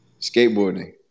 skateboarding